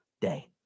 day